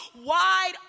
wide